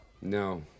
No